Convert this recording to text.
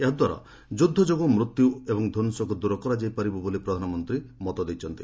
ଏହାଦ୍ୱାରା ଯୁଦ୍ଧ ଯୋଗୁଁ ମୃତ୍ୟୁ ଓ ଧ୍ୱଂସକୁ ଦୂର କରାଯାଇପାରିବ ବୋଲି ପ୍ରଧାନମନ୍ତ୍ରୀ ମତ ଦେଇଛନ୍ତି